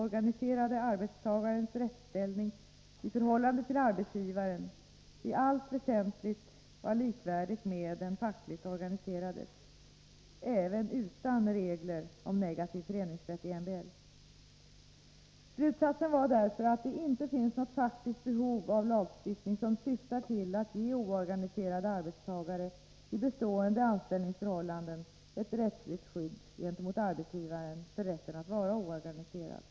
rens rättsställning i förhållande till arbetsgivaren i allt väsentligt var likvärdig Nr 43 med den fackligt organiserades, även utan regler om negativ föreningsrätt i MBL. Slutsatsen var därför att det inte finns något faktiskt behov av 9 december 1983 lagstiftning, som syftar till att ge oorganiserade arbetstagare i bestående Siställningstörtiällanden ett rättsligt skydd gentemot arbetsgivaren för rätten Om ökat skydd för att vara oorganiserad.